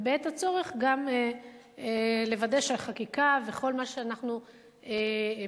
ובעת הצורך גם לוודא שהחקיקה וכל מה שאנחנו מתקננים,